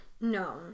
No